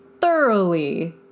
thoroughly